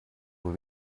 will